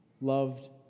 loved